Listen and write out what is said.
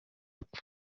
apfa